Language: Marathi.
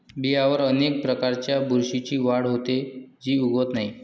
बियांवर अनेक प्रकारच्या बुरशीची वाढ होते, जी उगवत नाही